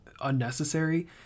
unnecessary